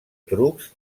trucs